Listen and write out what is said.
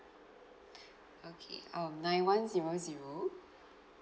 okay um nine one zero zero